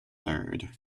third